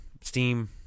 Steam